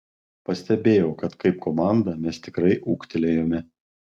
pastebėjau kad kaip komanda mes tikrai ūgtelėjome